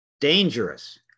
dangerous